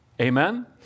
Amen